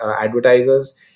advertisers